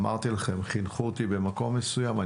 אמרתי לכם, חינכו אותי במקום מסוים.